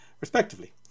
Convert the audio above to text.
respectively